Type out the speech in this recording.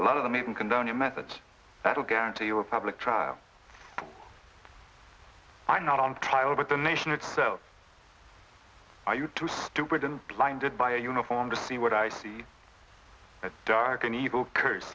a lot of them even condone your methods that will guarantee you a public trial i'm not on trial but the nation itself are you too stupid and blinded by a uniform to see what i see that dark and evil curse